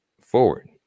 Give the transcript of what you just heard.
forward